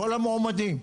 כל המועמדים.